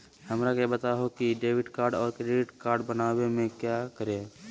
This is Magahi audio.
हमरा के बताओ की डेबिट कार्ड और क्रेडिट कार्ड बनवाने में क्या करें?